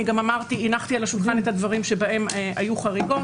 הנחתי על השולחן את הדברים בהם היו חריגות.